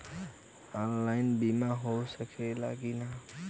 Online बीमा हो सकेला की ना?